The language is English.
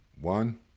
One